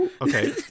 Okay